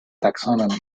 taxonomy